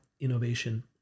innovation